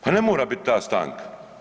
Pa ne mora bit ta stanka.